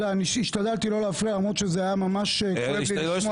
השתדלתי לא להפריע למרות שממש כאב לי לשמוע את זה.